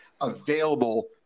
available